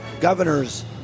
Governor's